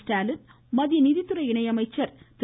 ஸ்டாலின் மத்திய நிதித்துறை இணை அமைச்சர் திரு